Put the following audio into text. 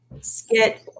skit